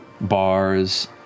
bars